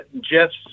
jeff's